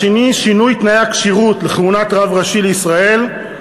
השני, שינוי תנאי הכשירות לכהונת רב ראשי לישראל,